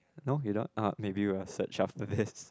no you don't oh maybe we will search after this